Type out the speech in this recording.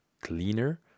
cleaner